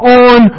on